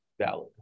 valid